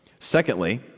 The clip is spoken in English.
Secondly